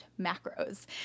macros